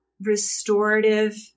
restorative